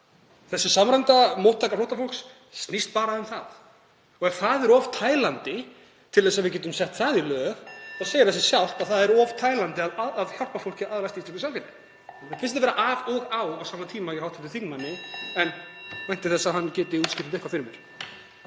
Þessi samræmda móttaka flóttafólks snýst bara um það. Ef það er of tælandi til þess að við getum sett það í lög, þá segir það sig sjálft að það er of tælandi að hjálpa fólki að aðlagast íslensku samfélagi. Mér finnst þetta vera af og á á sama tíma hjá hv. þingmanni, en ég vænti þess að hann geti útskýrt það fyrir mér.